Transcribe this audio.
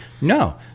No